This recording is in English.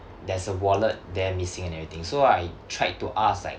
there's a wallet there missing and everything so I tried to ask like